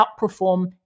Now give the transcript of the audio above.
outperform